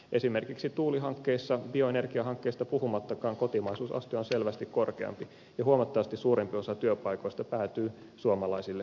esimerkiksi tuulihankkeissa bioenergiahankkeista puhumattakaan kotimaisuusaste on selvästi korkeampi ja huomattavasti suurempi osa työpaikoista päätyy suomalaisille työntekijöille